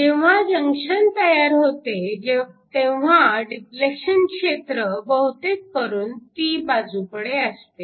जेव्हा जंक्शन तयार होते तेव्हा डिपलेशन क्षेत्र बहुतेक करून p बाजूकडे असते